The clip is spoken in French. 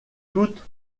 toutes